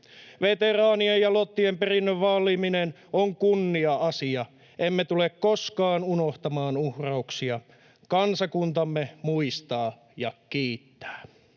Veteraanien ja lottien perinnön vaaliminen on kunnia-asia. Emme tule koskaan unohtamaan uhrauksia. Kansakuntamme muistaa ja kiittää.